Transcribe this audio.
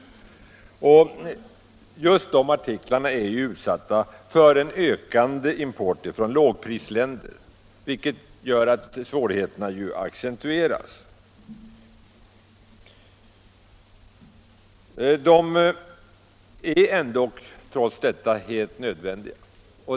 Just de artiklarna är utsatta för en ökande import från lågprisländer, vilket gör att svårigheterna accentueras. Trots detta är dessa företag helt nödvändiga.